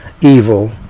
evil